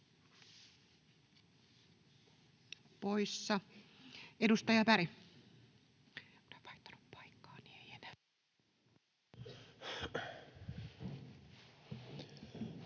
poissa. — Edustaja Berg.